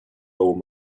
old